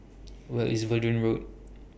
Where IS Verdun Road